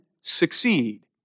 succeed